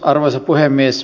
arvoisa puhemies